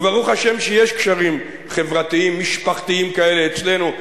וברוך השם שיש קשרים חברתיים משפחתיים כאלה אצלנו,